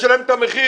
לשלם את המחיר.